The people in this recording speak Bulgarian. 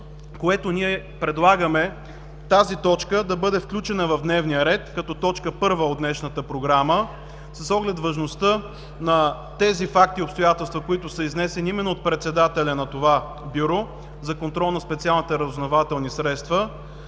което предлагаме тази точка да бъде включена в дневния ред като точка първа в днешната програма. Направили сме това предложение с оглед важността на тези факти и обстоятелства, които са изнесени именно от председателя на това Бюро за контрол на специалните разузнавателни средства,